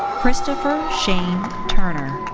christopher shane turner.